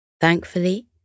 Thankfully